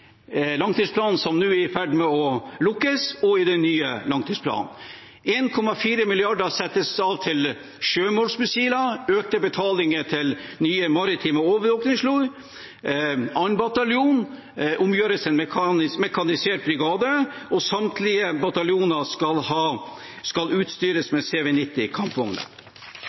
langtidsplanen som nå er i ferd med å lukkes, og i den nye langtidsplanen. 1,4 mrd. kr settes av til sjømålsmissiler, det er økte betalinger til nye maritime overvåkingsfly, 2. bataljon omgjøres til mekanisert brigade, og samtlige bataljoner skal utstyres med